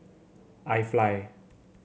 IFly